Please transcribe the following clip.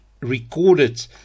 recorded